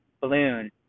balloon